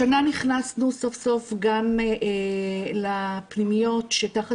השנה נכנסנו סוף סוף גם לפנימיות שתחת